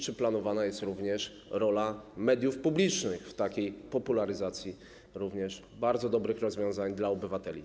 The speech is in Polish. Czy planowana jest również rola mediów publicznych w popularyzacji bardzo dobrych rozwiązań dla obywateli?